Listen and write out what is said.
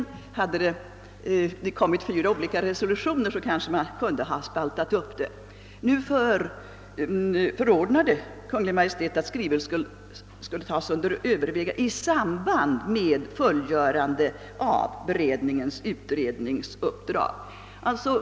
Om det hade kommit fyra olika resolutioner kanske de kunde ha spaltats upp, men nu förordnade Kungl. Maj:t att skrivelsen skulle tagas under övervägande i samband med att beredningens utredningsuppdrag fullgjordes.